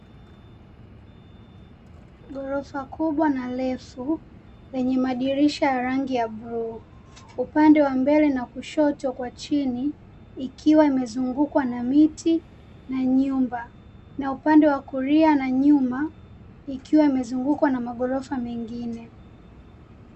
Gorofa kubwa na refu lenye madirisha ya rangi ya bluu upande wa mbele na kushoto kwa chini ikiwa imezungukwa na miti na nyumba na upande wa kulia na nyuma ikiwa imezungukwa na magorofa mengine.